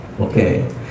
Okay